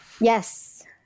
Yes